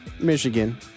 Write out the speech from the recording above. Michigan